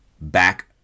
back